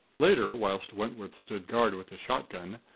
later, whilst wentworth stood guard with his shotgun,